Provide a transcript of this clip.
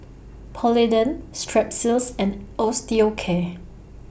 Polident Strepsils and Osteocare